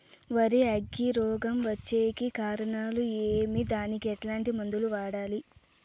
వరి అగ్గి రోగం వచ్చేకి కారణాలు ఏమి దానికి ఎట్లాంటి మందులు వాడాలి?